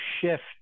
shift